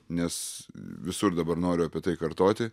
nes visur dabar noriu apie tai kartoti